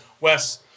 Wes